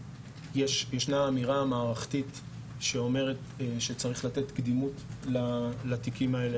ישנה אמירה מערכתית שאומרת שצריך לתת קדימות לתיקים האלה.